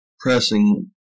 pressing